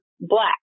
Black